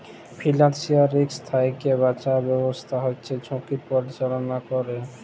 financial risk থ্যাইকে বাঁচার ব্যবস্থাপলা হছে ঝুঁকির পরিচাললা ক্যরে